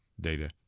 Data